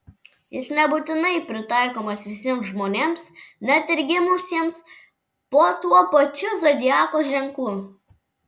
jis nebūtinai pritaikomas visiems žmonėms net ir gimusiems po tuo pačiu zodiako ženklu